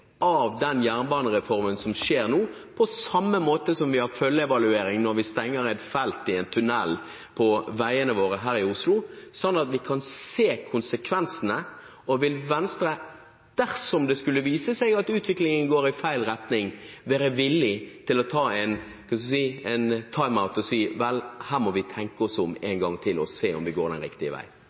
av den jernbanereformen vi får nå, på samme måte som vi har følgeevaluering når vi stenger et felt i en tunell på veiene våre her i Oslo, slik at vi kan se konsekvensene? Og vil Venstre, dersom det skulle vise seg at utviklingen går i feil retning, være villig til å ta en timeout og si: Her må vi tenke oss om en gang til og se om vi går den riktige